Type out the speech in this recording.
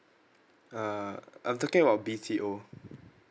uh I'm talking about B_T_O